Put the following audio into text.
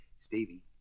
Stevie